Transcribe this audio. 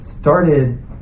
started